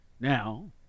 Now